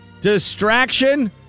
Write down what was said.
Distraction